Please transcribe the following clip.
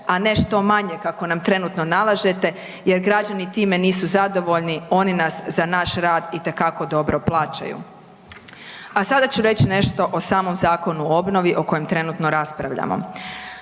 a ne što manje kako nam trenutno nalažete jer građani time nisu zadovoljni, oni nas za naš rad itekako dobro plaćaju. A sada ću reći nešto o samom zakonu o obnovi o kojem trenutno raspravljamo.